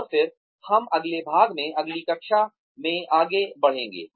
और फिर हम अगले भाग में अगली कक्षा में आगे बढ़ेंगे